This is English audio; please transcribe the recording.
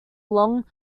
long